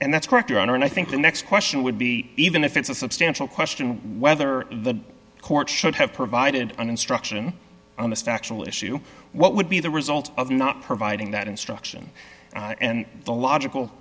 and that's correct your honor and i think the next question would be even if it's a substantial question whether the court should have provided an instruction on this factual issue what would be the result of not providing that instruction and the logical